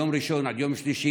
מיום ראשון עד יום שלישי,